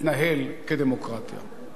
להתנהל כדמוקרטיה.